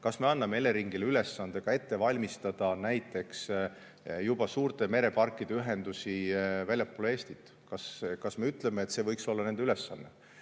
kas me anname Eleringile ka ülesande valmistada ette näiteks juba suurte mereparkide ühendusi väljapoole Eestit? Kas me ütleme, et see võiks olla nende ülesanne?